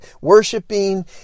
worshiping